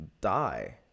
die